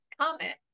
comment